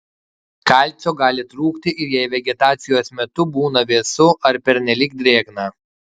kalcio gali trūkti ir jei vegetacijos metu būna vėsu ar pernelyg drėgna